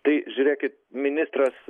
tai žiūrėkit ministras